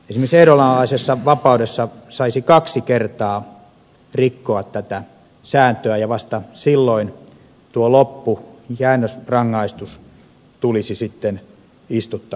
esimerkiksi ehdonalaisessa vapaudessa saisi kaksi kertaa rikkoa tätä sääntöä ja vasta silloin tuo loppu jäännösrangaistus tulisi sitten istuttavaksi